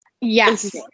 Yes